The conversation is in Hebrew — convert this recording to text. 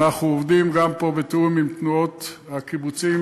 אנחנו עובדים גם פה בתיאום עם תנועות הקיבוצים,